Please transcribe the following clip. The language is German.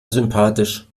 sympathisch